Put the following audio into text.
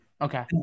Okay